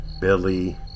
billy